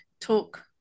talk